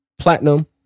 Platinum